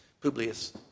Publius